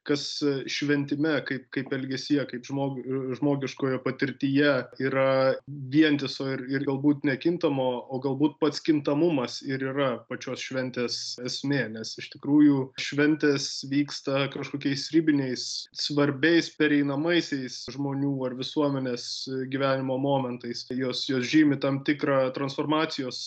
kas šventime kaip kaip elgesyje kaip žmog žmogiškoje patirtyje yra vientiso ir ir galbūt nekintamo o galbūt pats kintamumas ir yra pačios šventės esmė nes iš tikrųjų šventės vyksta kažkokiais ribiniais svarbiais pereinamaisiais žmonių ar visuomenės gyvenimo momentais tai jos jos žymi tam tikrą transformacijos